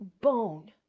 bone